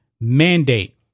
mandate